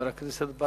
חבר הכנסת ברכה,